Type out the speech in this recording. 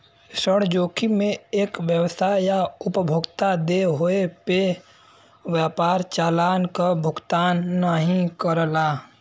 ऋण जोखिम में एक व्यवसाय या उपभोक्ता देय होये पे व्यापार चालान क भुगतान नाहीं करला